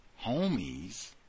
Homies